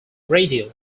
radio